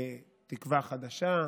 תקווה חדשה,